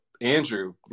Andrew